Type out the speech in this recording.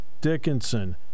Dickinson